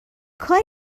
کاری